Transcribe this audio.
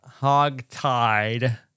hogtied